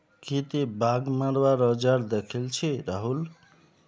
की ती बाघ मरवार औजार दखिल छि राहुल